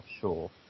sure